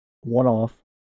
one-off